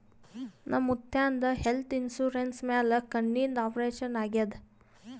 ನಮ್ ಮುತ್ಯಾಂದ್ health insurance ಮ್ಯಾಲ ಕಣ್ಣಿಂದ್ ಆಪರೇಷನ್ ಆಗ್ಯಾದ್